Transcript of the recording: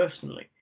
personally